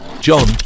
John